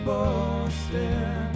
Boston